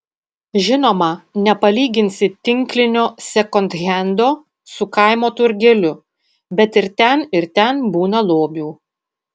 žinoma nepalyginsi tinklinio sekondhendo su kaimo turgeliu bet ir ten ir ten būna lobių